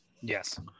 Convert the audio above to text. Yes